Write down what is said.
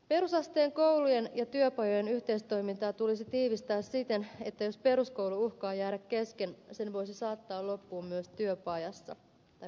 perusasteen koulujen ja työpajojen yhteistoimintaa tulisi tiivistää siten että jos peruskoulu uhkaa jäädä kesken sen voisi saattaa loppuun myös työpajassa tai pajakoulussa